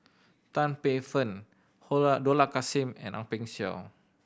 Tan Paey Fern Dollah Kassim and Ang Peng Siong